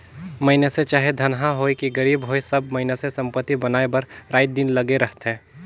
मइनसे चाहे धनहा होए कि गरीब होए सब मइनसे संपत्ति बनाए बर राएत दिन लगे रहथें